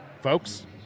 folks